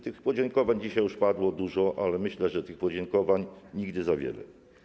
Tych podziękowań dzisiaj już padło dużo, ale myślę, że tych podziękowań nigdy za wiele.